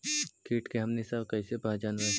किट के हमनी सब कईसे पहचनबई?